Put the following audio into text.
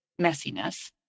messiness